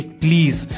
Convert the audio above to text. please